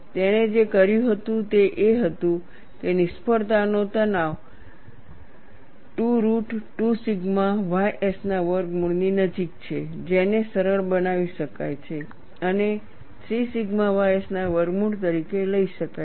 તેણે જે કર્યું હતું તે એ હતું કે નિષ્ફળતા નો તણાવ 2 રુટ 2 સિગ્મા ys ના વર્ગમૂળની નજીક છે જેને સરળ બનાવી શકાય છે અને 3 સિગ્મા ys ના વર્ગમૂળ તરીકે લઈ શકાય છે